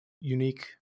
unique